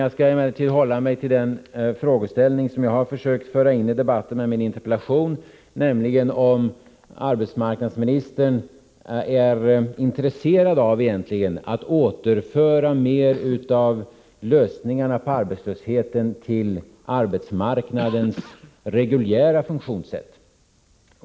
Jag skall emellertid hålla mig till den frågeställning som jag har försökt föra in i debatten med min interpellation, nämligen om arbetsmarknadsministern egentligen är intresserad av att återföra mer av lösningarna på arbetslöshetsområdet till arbetsmarknadens reguljära funktionssätt.